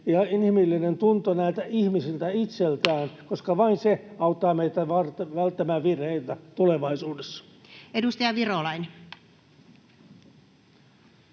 inhimillinen tunto näiltä ihmisiltä itseltään, koska vain se auttaa meitä välttämään virheitä tulevaisuudessa. Anteeksi,